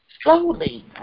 Slowly